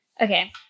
Okay